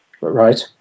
Right